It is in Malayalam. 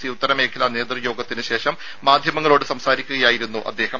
സി ഉത്തരമേഖലാ നേതൃ യോഗത്തിന് ശേഷം മാധ്യമങ്ങളോട് സംസാരിക്കുകയായിരുന്നു അദ്ദേഹം